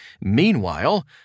Meanwhile